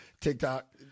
TikTok